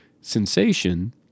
sensation